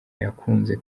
yakunze